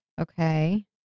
Okay